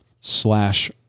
slash